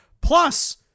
plus